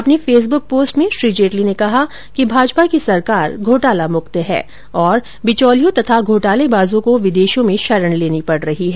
अपनी Facebook post में श्री जेटली ने कहा कि भाजपा की सरकार घोटाला मुक्त है और बिचौलियों तथा घोटालेबाजों को विदेशों में शरण लेनी पड़ रही है